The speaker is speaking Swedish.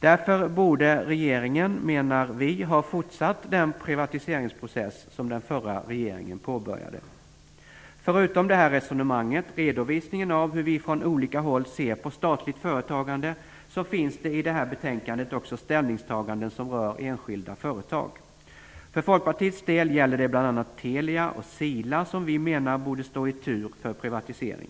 Därför borde regeringen ha fortsatt den privatiseringsprocess som den förra regeringen påbörjade. Förutom det här resonemanget - redovisningen av hur vi från olika håll ser på statligt företagande - finns det i det här betänkandet också ställningstaganden som rör enskilda företag. För Folkpartiets del gäller det bl.a. Telia och Sila, som vi menar borde stå i tur för privatisering.